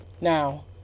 Now